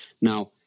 Now